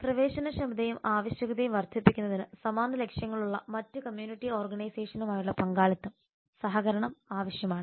പ്രവേശനക്ഷമതയും ആവശ്യകതയും വർദ്ധിപ്പിക്കുന്നതിന് സമാന ലക്ഷ്യമുള്ള മറ്റ് കമ്മ്യൂണിറ്റി ഓർഗനൈസേഷനുമായുള്ള പങ്കാളിത്തം സഹകരണം ആവശ്യമാണ്